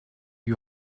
you